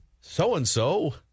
so-and-so